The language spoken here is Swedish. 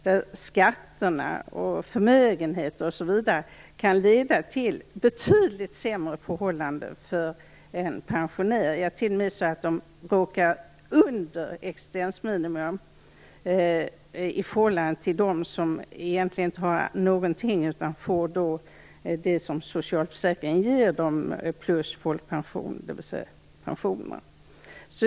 För en pensionär kan skatter, förmögenheter osv. leda till betydligt sämre förhållanden - man kan t.o.m. hamna under existensminimum - jämfört med dem som inte har någonting förutom det som socialförsäkringen ger plus pensionerna.